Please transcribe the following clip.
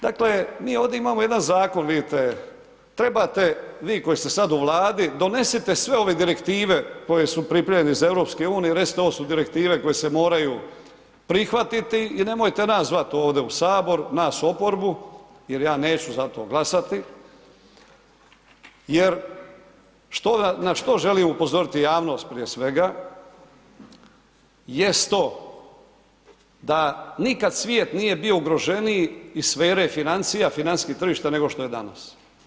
Dakle, mi ovdje imamo jedan zakon, vidite, trebate vi koji ste sad u Vladi, donesite sve ove direktive koje su pripremljene za EU i recite ovo su direktive koje se moraju prihvatiti i nemojte nas zvati ovdje u Sabor, nas oporbu jer ja neću za to glasati jer što, na što želim upozoriti javnost, prije svega jest to da nikad svijet nije bio ugrožene iz sfere financija, financijskih tržišta, nego što je danas.